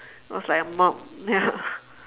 was like a mum ya